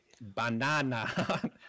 banana